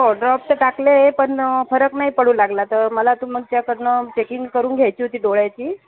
हो ड्रॉप तर टाकले पण फरक नाही पडू लागला तर मला तुमच्याकडून चेकिंग करून घ्यायची होती डोळ्याची